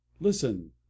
listen